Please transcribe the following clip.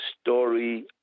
story